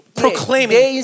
proclaiming